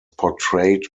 portrayed